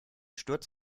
sturz